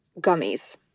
gummies